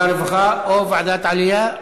עבודה ורווחה או ועדת העלייה.